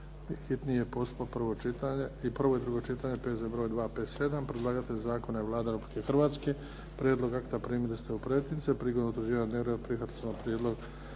Hrvatske.